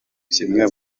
kimwe